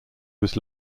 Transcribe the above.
was